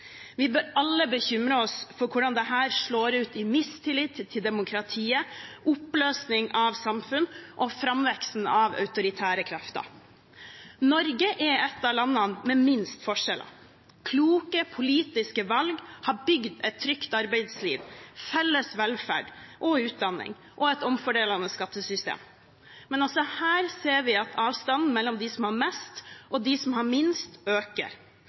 Vi bør alle bekymre oss for hvordan dette slår ut i mistillit til demokratiet, oppløsning av samfunn og framvekst av autoritære krefter. Norge er et av landene med minst forskjeller. Kloke politiske valg har bygd et trygt arbeidsliv, felles velferd og utdanning og et omfordelende skattesystem. Men også her ser vi at avstanden mellom dem som har mest, og dem som har minst, øker.